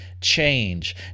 Change